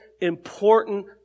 important